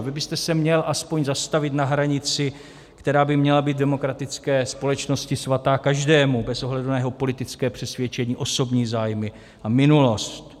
A vy byste se měl aspoň zastavit na hranici, která by měla být v demokratické společnosti svatá každému bez ohledu na jeho politické přesvědčení, osobní zájmy a minulost.